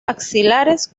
axilares